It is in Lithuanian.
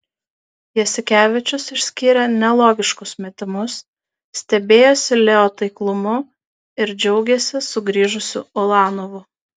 jasikevičius išskyrė nelogiškus metimus stebėjosi leo taiklumu ir džiaugėsi sugrįžusiu ulanovu